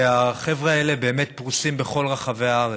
החבר'ה האלה באמת פרוסים בכל רחבי הארץ.